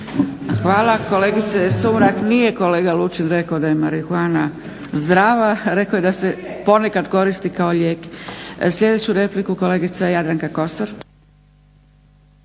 Hvala kolegice Sumrak. Nije kolega Lučin rekao da je marihuana zdrava, rekao je da se ponekad koristi kao lijek. Sljedeću repliku kolegica Jadranka Kosor.